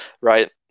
right